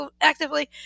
actively